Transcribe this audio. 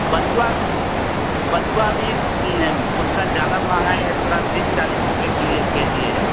बथुआ बथुआ अभी ने उसका ज़्यादा महँगाई है थोड़ा तीस चालीस रुपये की एक के जी है